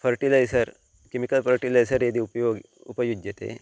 fertiliser chemical fertiliser इति उपयोगम् उपयुज्यते